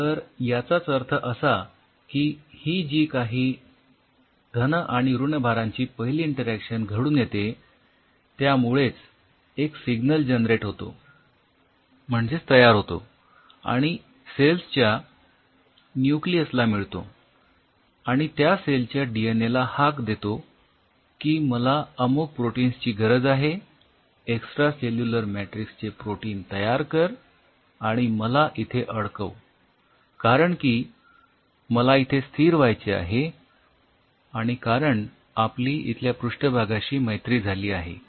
तर याचाच अर्थ असा की ही जी काही धन आणि ऋणभारांची पहिली इंटरॅक्शन घडून येते त्यामुळेच एक सिग्नल तयार होतो आणि सेल्स च्या न्यूक्लीयसला मिळतो आणि त्या सेल च्या डीएनए ला हाक देतो की मला अमुक प्रोटिन्स ची गरज आहे एक्सट्रा सेल्युलर मॅट्रिक्स चे प्रोटीन तयार कर आणि मला इथे अडकव कारण की मला इथे स्थिर व्हायचे आहे आणि कारण आपली इथल्या पृष्ठभागाशी मैत्री झाली आहे